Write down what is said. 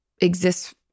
exists